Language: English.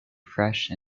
fresh